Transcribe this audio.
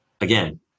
Again